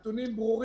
הנתונים ברורים.